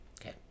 Okay